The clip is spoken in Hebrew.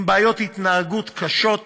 עם בעיות התנהגות קשות,